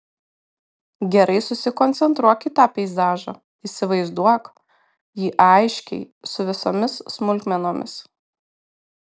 gerai susikoncentruok į tą peizažą įsivaizduok jį aiškiai su visomis smulkmenomis